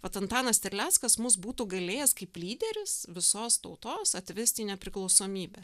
vat antanas terleckas mus būtų galėjęs kaip lyderis visos tautos atvesti į nepriklausomybę